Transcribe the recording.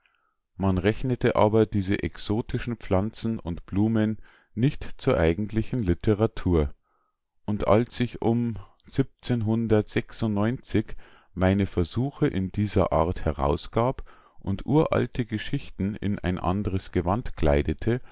man rechnete aber diese exotischen pflanzen und blumen nicht zur eigentlichen literatur und als ich um meine versuche in dieser art herausgab und uralte geschichten in ein andres gewand kleidete